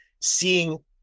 seeing